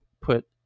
put